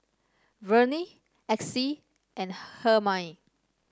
Verne Exie and Hermine